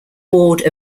board